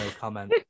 comment